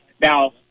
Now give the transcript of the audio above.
Now